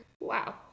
Wow